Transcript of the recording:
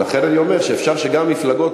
לכן אני אומר שאפשר שגם מפלגות,